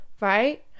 right